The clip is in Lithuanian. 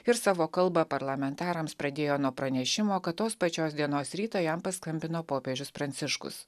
ir savo kalbą parlamentarams pradėjo nuo pranešimo kad tos pačios dienos rytą jam paskambino popiežius pranciškus